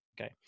Okay